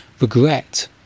regret